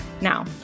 Now